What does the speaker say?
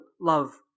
love